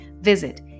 visit